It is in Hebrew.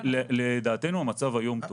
לדעתנו המצב היום טוב.